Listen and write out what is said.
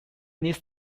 this